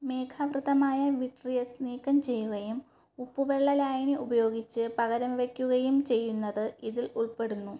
മേഘാവൃതമായ vitreous നീക്കം ചെയ്യുകയും ഉപ്പുവെള്ള ലായിനി ഉപയോഗിച്ച് പകരം വയ്ക്കുകയും ചെയ്യുന്നത് ഇതിൽ ഉൾപ്പെടുന്നു